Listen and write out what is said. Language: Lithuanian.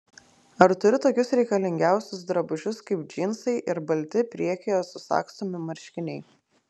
ar turi tokius reikalingiausius drabužius kaip džinsai ir balti priekyje susagstomi marškiniai